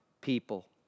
people